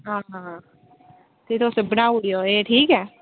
हां ते तुस बनाई ओड़ेओ एह् ठीक ऐ